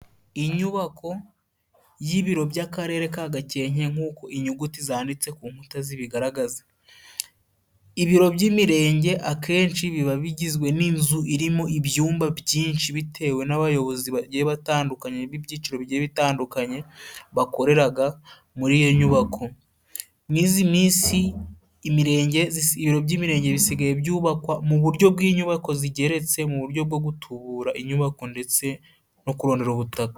Inyubako y'ibiro by'Akarere ka Gakenke nk'uko inyuguti zanditse ku nkuta zbigaragaza. Ibiro by'imirenge akenshi biba bigizwe n'inzu irimo ibyumba byinshi bitewe n'abayobozi bagiye batandukanye b'ibyiciro bitandukanye bakoreraga muri iyo nyubako. Mu izi minsi imirenge, ibiro by'imirenge bisigaye byubakwa mu buryo bw'inyubako zigeretse, mu buryo bwo gutubura inyubako ndetse no kurondera ubutaka.